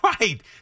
Right